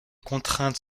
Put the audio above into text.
contraintes